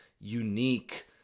unique